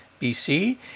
BC